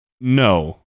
No